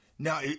Now